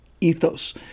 ethos